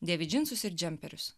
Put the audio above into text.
dėvi džinsus ir džemperius